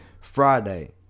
Friday